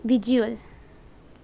visual